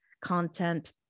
content